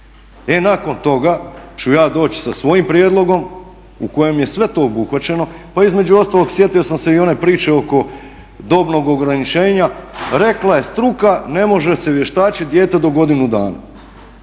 E nakon toga ću ja doći sa svojim prijedlogom u kojem je sve to obuhvaćeno, pa između ostalog sjetio sam se i one priče oko dobnog ograničenja, rekla je struka ne može se vještačit dijete do godinu dana.